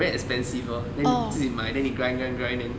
very expensive lor then 自己买 then 你 grind grind grind then